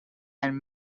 and